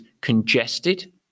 congested